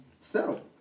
settle